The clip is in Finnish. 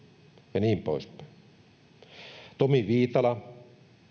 ja niin pois päin tomi viitala